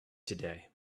today